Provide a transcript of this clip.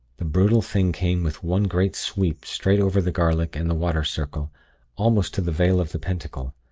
the brutal thing came with one great sweep straight over the garlic and the water circle almost to the vale of the pentacle.